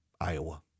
Iowa